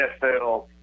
nfl